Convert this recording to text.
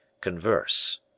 converse